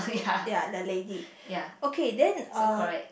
ya the lady okay then uh